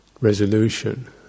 resolution